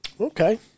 Okay